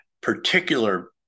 particular